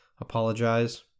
apologize